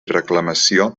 reclamació